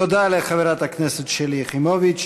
תודה לחברת הכנסת שלי יחימוביץ,